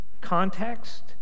context